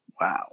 Wow